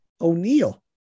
O'Neill